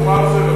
ברוך מרזל מבסוט,